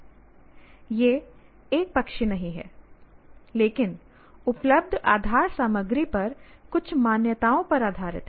यह एकपक्षीय नहीं है लेकिन उपलब्ध आधार सामग्री पर कुछ मान्यताओं पर आधारित है